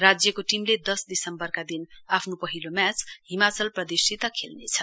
राज्यको टीमले दस दिसम्बरका दिन आफ्नो पहिलो म्याच हिमाचल प्रदेशसित खेल्नेछ